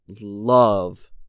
Love